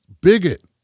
bigot